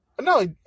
No